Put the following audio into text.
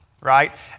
right